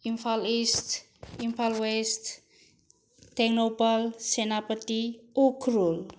Imphal is Imphal west Tengnoupal Senapati Ukhrul